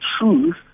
truth